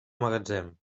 magatzem